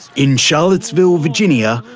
in charlottesville virginia,